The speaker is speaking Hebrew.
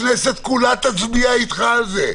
הכנסת כולה תצביע איתך על זה,